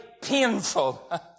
painful